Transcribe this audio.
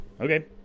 Okay